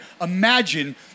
imagine